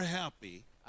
happy